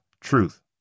truth